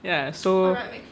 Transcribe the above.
ya so